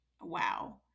wow